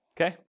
okay